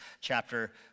chapter